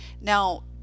Now